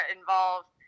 involved